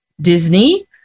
Disney